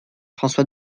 françois